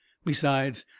besides,